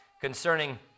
concerning